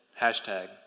Hashtag